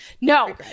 No